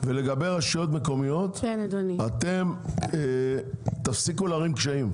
לגבי רשויות מקומיות, אתן תפסיקו להערים קשיים.